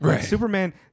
Superman